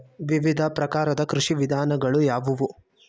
ವಿವಿಧ ಪ್ರಕಾರದ ಕೃಷಿ ವಿಧಾನಗಳು ಯಾವುವು?